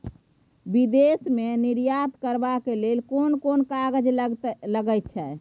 विदेश मे निर्यात करबाक लेल कोन कोन कागज लगैत छै